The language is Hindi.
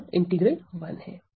अतः इंटीग्रल 1 है